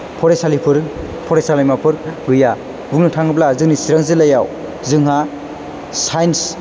फरायसालिफोर फरायसालिमाफोर गैया बुंनो थाङोब्ला जोंनि चिरां जिल्लायाव जोंहा साइन्स